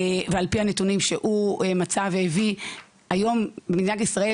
ועל פי הנתונים שהוא מצא והביא היום במדינת ישראל